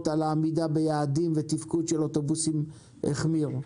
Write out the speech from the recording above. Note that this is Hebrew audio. על העמידה ביעדים והתפקוד של אוטובוסים החמיר.